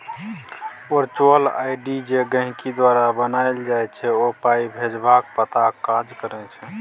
virtual ID जे गहिंकी द्वारा बनाएल जाइ छै ओ पाइ भेजबाक पताक काज करै छै